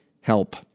help